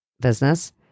business